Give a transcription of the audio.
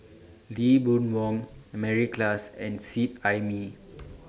Lee Boon Wang Mary Klass and Seet Ai Mee